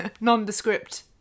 nondescript